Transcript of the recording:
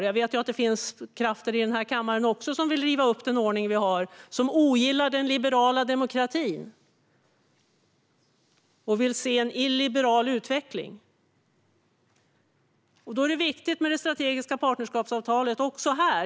Jag vet att det finns krafter också i den här kammaren som vill riva upp den ordning som vi har och som ogillar den liberala demokratin och vill se en illiberal utveckling. Också här är det viktigt med det strategiska partnerskapsavtalet.